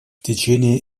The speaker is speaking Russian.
течение